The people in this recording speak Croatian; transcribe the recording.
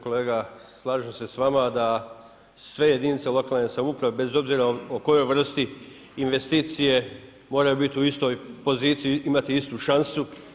Kolega slažem se sa vama da sve jedinice lokalne samouprave bez obzira o kojoj vrsti investicije moraju biti u istoj poziciji, imati istu šansu.